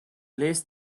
less